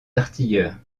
artilleurs